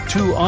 Two